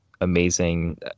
amazing